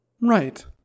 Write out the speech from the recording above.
Right